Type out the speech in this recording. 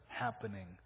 happening